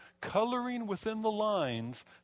coloring-within-the-lines